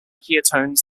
ketones